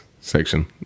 section